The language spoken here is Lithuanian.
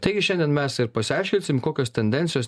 taigi šiandien mes ir pasiaiškinsim kokios tendencijos